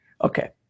Okay